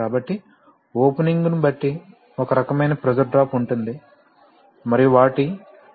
కాబట్టి ఓపెనింగ్ను బట్టి ఒక రకమైన ప్రెజర్ డ్రాప్ ఉంటుంది మరియు వాటి తుది ప్రెషర్ ఇక్కడ గ్రహించబడుతుంది